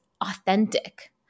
authentic